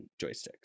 joysticks